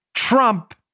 Trump